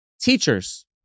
teachers